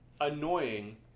annoying